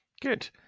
Good